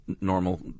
normal